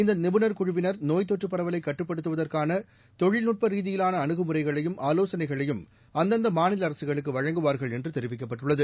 இந்த நிபுணர் குழுவினர் நோய்த்தொற்று பரவலை கட்டுப்படுத்துவதற்கான தொழில்நுட்ப ரீதியிலான அனுகு முறைகளையும் ஆலோசனைகளையும் அந்தந்த மாநில அரசுகளுக்கு வழங்குவா்கள் என்று தெரிவிக்கப்பட்டுள்ளது